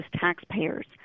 taxpayers